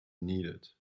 needed